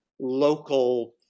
local